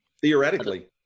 Theoretically